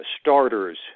starters